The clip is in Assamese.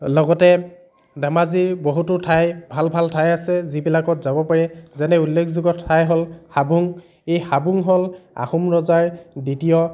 লগতে ধেমাজিৰ বহুতো ঠাই ভাল ভাল ঠাই আছে যিবিলাকত যাব পাৰে যেনে উল্লেখযোগ্য ঠাই হ'ল হাবুং এই হাবুং হ'ল আহোম ৰজাৰ দ্ৱিতীয়